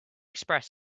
express